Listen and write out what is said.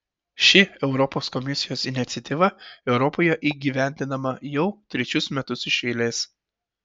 ši europos komisijos iniciatyva europoje įgyvendinama jau trečius metus iš eilės